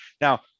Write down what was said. Now